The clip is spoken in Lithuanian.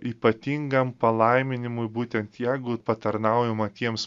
ypatingam palaiminimui būtent jeigu patarnaujama tiems